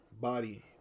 body